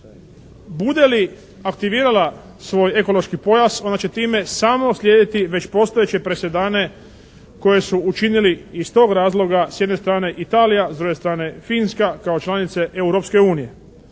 bude li aktivirala svoj ekološki pojas ona će time samo slijediti već postojeće presadne koje su učinili iz tog razloga, s jedne strane Italija, s druge strane Finska kao članice Europske unije.